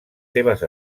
seves